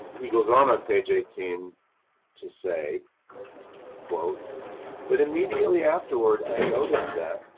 he goes on on page eighteen to say but immediately afterward i noticed that,